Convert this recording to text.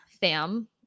fam